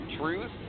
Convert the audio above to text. Truth